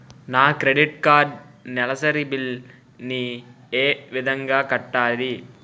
నా credit card నెలసరి bill ని ఏ విధంగా కట్టాలి?